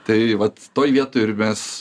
tai vat toj vietoj ir mes